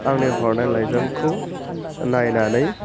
आंनि हरनाय लाइजामखौ नायनानै